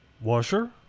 Washer